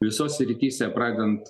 visose srityse pradedant